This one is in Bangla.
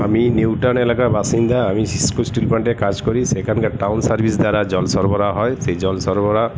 আমি নিউ টাউন এলাকার বাসিন্দা আমি ইস্কো স্টিল প্লান্টে কাজ করি সেখানকার টাউন সার্ভিস দ্বারা জল সরবরাহ হয় সেই জল সরবরাহ